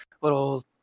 little